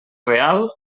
real